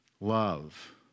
love